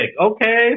Okay